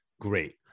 great